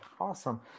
awesome